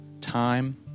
time